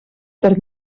per